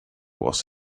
was